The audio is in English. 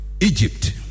Egypt